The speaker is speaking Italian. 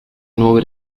nuove